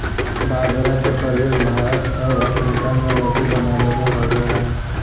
बाजरा के प्रयोग भारत और अफ्रीका में रोटी बनाबे में होबो हइ